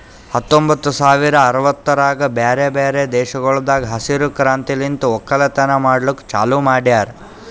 ಹತ್ತೊಂಬತ್ತು ಸಾವಿರ ಅರವತ್ತರಾಗ್ ಬ್ಯಾರೆ ಬ್ಯಾರೆ ದೇಶಗೊಳ್ದಾಗ್ ಹಸಿರು ಕ್ರಾಂತಿಲಿಂತ್ ಒಕ್ಕಲತನ ಮಾಡ್ಲುಕ್ ಚಾಲೂ ಮಾಡ್ಯಾರ್